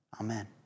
amen